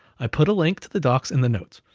i put a link to the docs in the notes.